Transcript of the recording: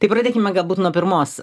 tai pradėkime galbūt nuo pirmos